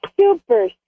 super